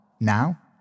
Now